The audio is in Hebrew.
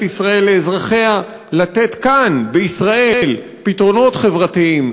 ישראל לאזרחיה לתת כאן בישראל פתרונות חברתיים,